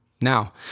Now